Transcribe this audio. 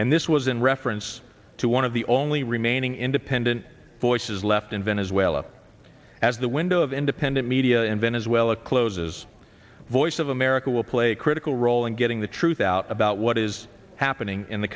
and this was in reference to one of the only remaining independent voices left in venezuela as the window of independent media in venezuela closes voice of america will play a critical role in getting the truth out about what is happening in the